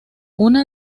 una